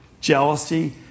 jealousy